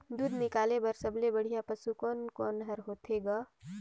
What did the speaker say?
दूध निकाले बर सबले बढ़िया पशु कोन कोन हर होथे ग?